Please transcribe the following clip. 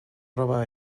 roba